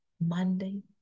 Monday